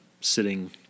sitting